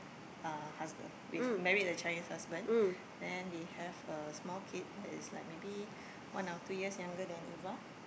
uh husband with married a Chinese husband then they have a small kid that is like maybe one or two years younger than Eva